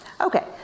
okay